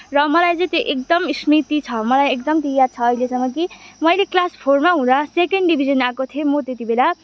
र मलाई चाहिँ त्यो एकदम स्मृति छ एकदम त्यो याद छ अहिलेसम्म कि मैले क्लास फोरमा हुँदा सेकेन्ड डिभिजन आएको थिएँ म त्यतिबेला